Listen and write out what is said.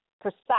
precise